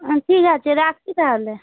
হুম ঠিক আছে রাখছি তাহলে